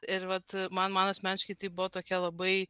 ir vat man man asmeniškai tai buvo tokia labai